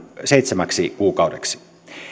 seitsemäksi kuukaudeksi